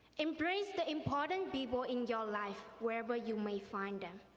embrace the important people in your life wherever you may find them.